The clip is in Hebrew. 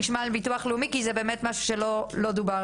נשמע על ביטוח לאומי כי זה משהו שבאמת לא דובר.